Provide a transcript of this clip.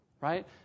right